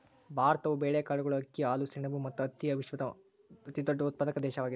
ಭಾರತವು ಬೇಳೆಕಾಳುಗಳು, ಅಕ್ಕಿ, ಹಾಲು, ಸೆಣಬು ಮತ್ತು ಹತ್ತಿಯ ವಿಶ್ವದ ಅತಿದೊಡ್ಡ ಉತ್ಪಾದಕ ದೇಶವಾಗಿದೆ